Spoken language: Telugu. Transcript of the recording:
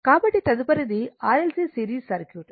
కాబట్టి తదుపరిది R L C series circuit